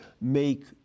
make